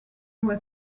were